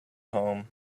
home